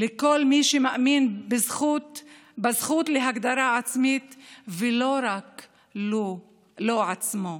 לכל מי שמאמין בזכות להגדרה עצמית ולא רק לו עצמו.